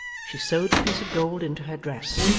she sewed the piece of gold into her dress,